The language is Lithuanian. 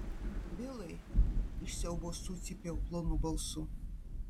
bilai iš siaubo sucypiau plonu balsu